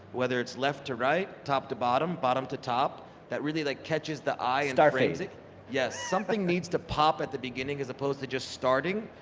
whether it's left to right, top to bottom, bottom to top that really like catches the eye. and yes, something needs to pop at the beginning, as opposed to just starting.